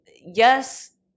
Yes